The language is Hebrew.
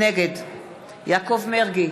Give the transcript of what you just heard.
נגד יעקב מרגי,